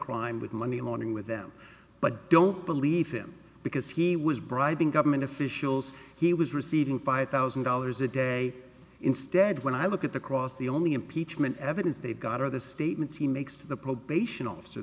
crime with monday morning with them but don't believe him because he was bribing government officials he was receiving five thousand dollars a day instead when i look at the cross the only impeachment evidence they've got are the statements he makes to the probation officer